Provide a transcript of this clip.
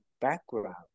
background